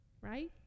right